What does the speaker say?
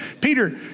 Peter